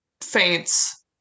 faints